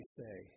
say